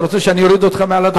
אתה רוצה שאני אוריד אותך מעל הדוכן?